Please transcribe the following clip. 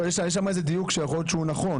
לא, יש שם איזה דיוק שיכול להיות שהוא נכון.